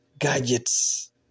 gadgets